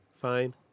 Fine